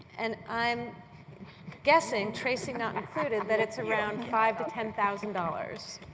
and i'm guessing tracy not included that it is around five to ten thousand dollars.